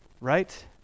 Right